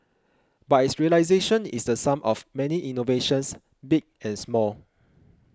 but its realisation is the sum of many innovations big and small